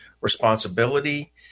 responsibility